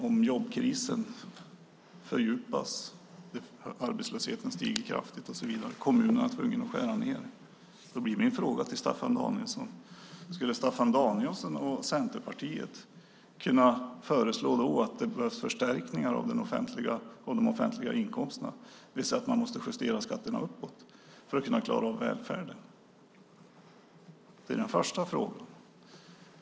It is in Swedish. Om jobbkrisen fördjupas och arbetslösheten stiger kraftigt och så vidare och kommunerna är tvungna att skära ned skulle Staffan Danielsson och Centerpartiet då kunna säga att det behövs förstärkningar av de offentliga inkomsterna - det vill säga en justering av skatterna uppåt - för att kunna klara välfärden? Det är min första fråga.